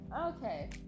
Okay